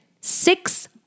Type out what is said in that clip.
Six